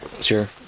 Sure